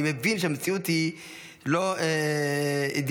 אני מבין שהמציאות היא לא אידיאלית,